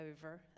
over